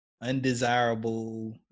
undesirable